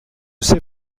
sait